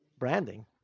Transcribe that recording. Branding